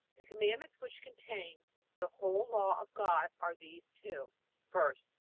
the commandments which contain the whole law of god are these two first,